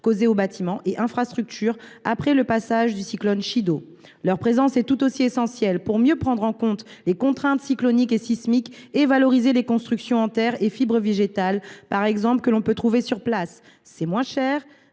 causées aux bâtiments et infrastructures après le passage du cyclone Chido. Leur présence est tout aussi essentielle pour mieux prendre en compte les contraintes cycloniques et sismiques et pour valoriser les constructions en terre ou encore en fibres végétales, que l’on peut trouver sur place. C’est moins cher,